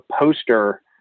poster